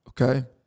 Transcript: okay